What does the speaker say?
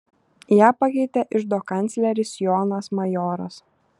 ją pakeitė iždo kancleris jonas majoras